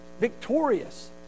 victorious